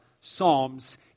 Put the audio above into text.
Psalms